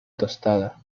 tostada